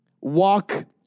walk